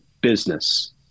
business